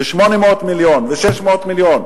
800 מיליון ו-600 מיליון.